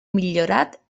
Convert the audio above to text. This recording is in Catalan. millorat